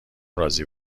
راضی